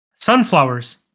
sunflowers